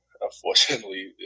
unfortunately